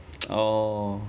oh